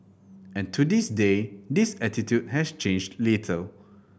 and to this day this attitude has changed little